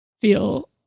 feel